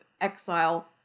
exile